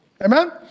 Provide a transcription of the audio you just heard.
amen